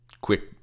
Quick